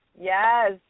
Yes